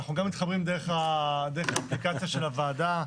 ואנחנו גם מתחברים דרך האפליקציה של הוועדה.